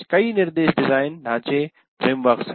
कई निर्देश डिजाइन ढांचे हैं